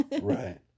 Right